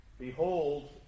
Behold